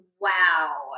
wow